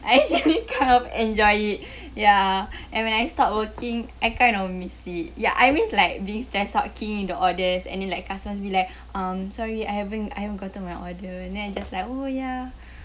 I actually kind of enjoy it ya and when I stop working I kind of miss it ya I miss like being stressed out keying in the orders and then like customers be like um sorry I haven't I haven't gotten my order and then I just like oh ya